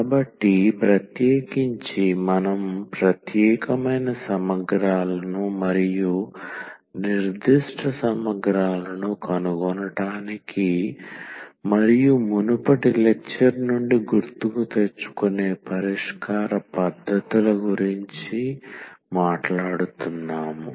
కాబట్టి ప్రత్యేకించి మనం ప్రత్యేకమైన సమగ్రాలను మరియు నిర్దిష్ట సమగ్రాలను కనుగొనటానికి మరియు మునుపటి లెక్చర్నుండి గుర్తుకు తెచ్చుకునే పరిష్కార పద్ధతుల గురించి మాట్లాడుతున్నాము